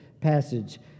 passage